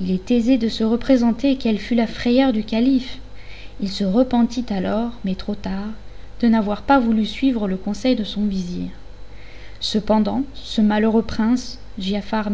il est aisé de se représenter quelle fut la frayeur du calife il se repentit alors mais trop tard de n'avoir pas voulu suivre le conseil de son vizir cependant ce malheureux prince giafar